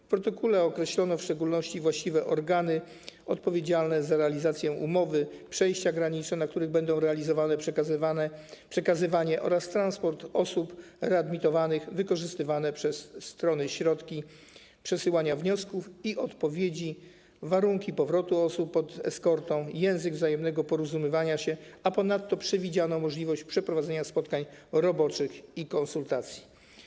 W protokole określono w szczególności właściwe organy odpowiedzialne za realizację umowy, przejścia graniczne, na których będą realizowane przekazywanie oraz transport osób readmitowanych, wykorzystywane przez strony środki przesyłania wniosków i odpowiedzi, warunki powrotu osób pod eskortą, język wzajemnego porozumiewania się, a ponadto przewidziano możliwość przeprowadzenia spotkań roboczych i konsultacji.